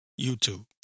YouTube